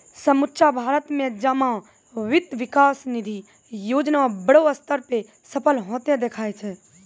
समुच्चा भारत मे जमा वित्त विकास निधि योजना बड़ो स्तर पे सफल होतें देखाय छै